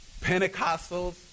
Pentecostals